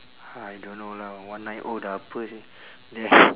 I don't know lah one nine O ada apa seh then